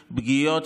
בקייב,